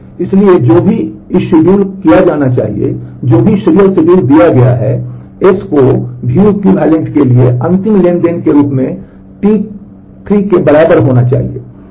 इसलिए इसे जो भी शेड्यूल किया जाना चाहिए जो भी सीरियल शेड्यूल दिया गया है S को view equivalent के लिए अंतिम ट्रांज़ैक्शन के रूप में T3 के बराबर होना चाहिए